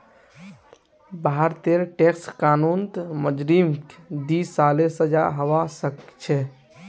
भारतेर टैक्स कानूनत मुजरिमक दी सालेर सजा हबा सखछे